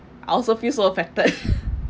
I also feel so affected